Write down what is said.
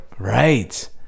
Right